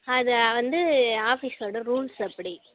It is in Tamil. அது வந்து ஆஃபீஸோட ரூல்ஸ் அப்படி